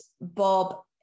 Bob